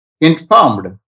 informed